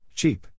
Cheap